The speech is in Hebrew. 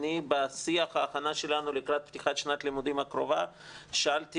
אני בשיח ההכנה שלנו לקראת פתיחת שנת הלימודים הקרובה שאלתי